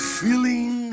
feeling